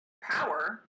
power